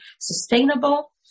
sustainable